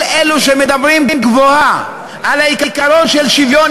כל אלו שמדברים גבוהה על העיקרון של שוויון